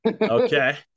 okay